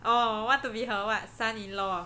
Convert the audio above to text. oh want to be her what son-in-law